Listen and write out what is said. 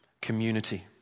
community